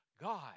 God